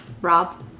Rob